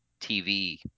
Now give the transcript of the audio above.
TV